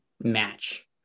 match